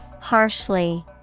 Harshly